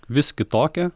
vis kitokią